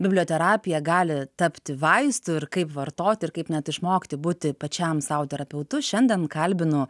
biblioterapija gali tapti vaistu ir kaip vartoti ir kaip net išmokti būti pačiam sau terapeutu šiandien kalbinu